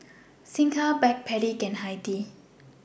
Singha Backpedic and Hi Tea